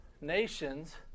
nations